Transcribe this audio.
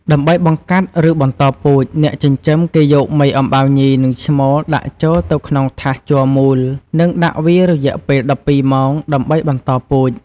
ដើម្បីបង្កាត់ ឬបន្តពូជ អ្នកចិញ្ចឹមគេយកមេអំបៅញី និងឈ្មោល ដាក់ចូលទៅក្នុងថាសជ័រមូល និងដាក់វារយៈពេល១២ម៉ោង ដើម្បីបន្តពូជ។